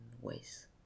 ways